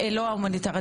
כן.